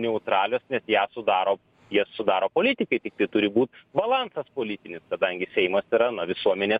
neutralios nes ją sudaro jas sudaro politikai tiktai turi būt balansas politinis kadangi seimas yra na visuomenės